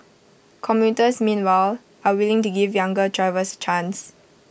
commuters meanwhile are willing to give younger drivers chance